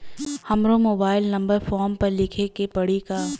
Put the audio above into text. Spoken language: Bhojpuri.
हमरो मोबाइल नंबर फ़ोरम पर लिखे के पड़ी का?